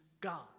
God